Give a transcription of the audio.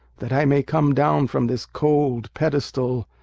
that i may come down from this cold pedestal,